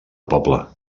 poble